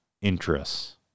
interests